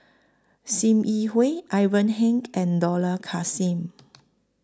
SIM Yi Hui Ivan Heng and Dollah Kassim